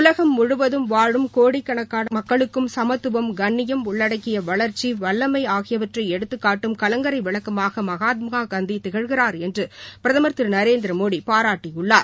உலகம் முழுவதும் வாழும் கோடாறுகோடி மக்களுக்கும் சமத்துவம் கண்ணியம் உள்ளடக்கிய வளா்ச்சி வல்லனம ஆகியவற்றை எடுத்துக்காட்டும் கலங்கரை விளக்கமாக மகாத்மா காந்தி திகழ்கிறார் என்று பிரதமர் திரு நரேந்திரமோடி பாராட்டியுள்ளார்